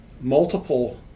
multiple